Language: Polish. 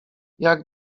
jak